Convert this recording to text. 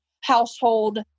household